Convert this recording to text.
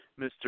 Mr